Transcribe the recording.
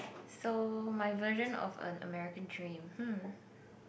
so my version of an American dream hmm